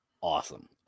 awesome